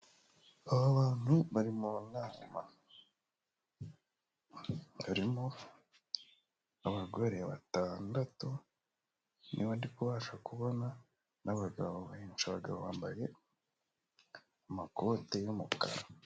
Aba bantu bari mu nama. barimo abagore batandatu niba mbasha kubona, n'abagabo bambaye amakote y'umukara.